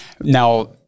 Now